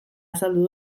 azaldu